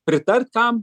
pritart tam